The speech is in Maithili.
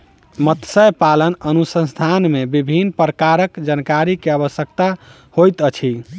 मत्स्य पालन अनुसंधान मे विभिन्न प्रकारक जानकारी के आवश्यकता होइत अछि